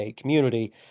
community